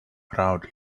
around